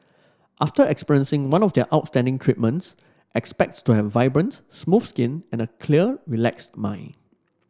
after experiencing one of their outstanding treatments expects to have vibrant smooth skin and a clear relaxed mind